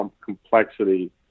complexity